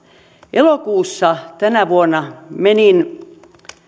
elokuussa tänä vuonna menin